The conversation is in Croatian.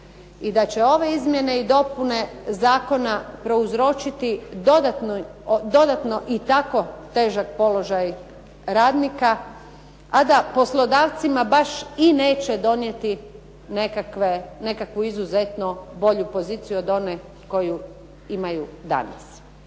i da će ove izmjene i dopune Zakona prouzročiti dodatno i tako težak položaj radnika a da poslodavcima neće donijeti nekakvu izuzetno bolju poziciju od one koju imaju danas.